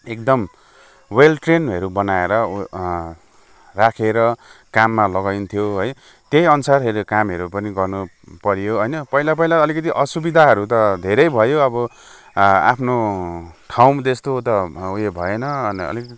एकदम वेल ट्रेनहरू बनाएर उ राखेर काममा लगाइन्थ्यो है त्यही अनुसारहरू कामहरू पनि गर्न पऱ्यो होइन पहिला पहिला अलिकति असुविधाहरू त धेरै भयो अब आआफ्नो ठाउँ जस्तो त ऊ यो भएन होइन अलिक